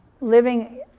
living